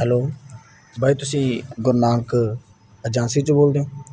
hello ਬਾਈ ਤੁਸੀਂ Guru Nanak agency ਚੋਂ ਬੋਲਦੇ ਹੋ